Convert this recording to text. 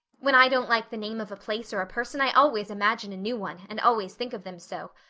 when i don't like the name of a place or a person i always imagine a new one and always think of them so.